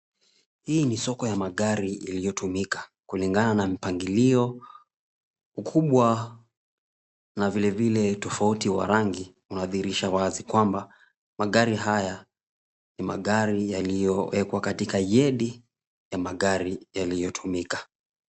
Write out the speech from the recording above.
Hii ni soko ya magari iliyotumika kulingana na mpangilio mkubwa na vile vile tofauti wa rangi unadhihirisha wazi kwamba, magari haya ni magari yaliyowekwa kwenye yedi ya magari yaliyotumika.